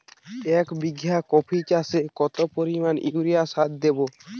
এক বিঘা কপি চাষে কত পরিমাণ ইউরিয়া সার দেবো?